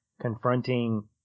confronting